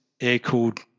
air-cooled